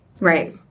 Right